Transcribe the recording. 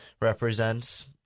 represents